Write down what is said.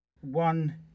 one